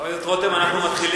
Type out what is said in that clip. חבר הכנסת רותם, אנחנו מתחילים.